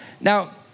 Now